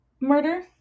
murder